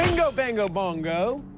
bingo, bango, bongo!